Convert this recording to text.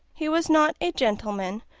he was not a gentleman,